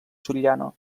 soriano